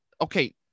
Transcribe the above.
okay